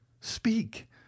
Speak